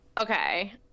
okay